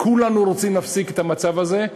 כולנו רוצים להפסיק את המצב הזה,